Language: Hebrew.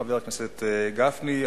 חבר הכנסת גפני.